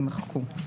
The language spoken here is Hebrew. - יימחקו,